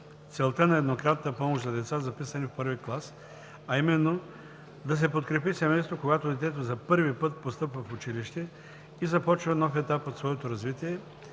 целта на еднократната помощ за деца, записани в І клас, а именно да се подкрепи семейството, когато детето за първи път постъпва в училище и започва нов етап от своето развитие,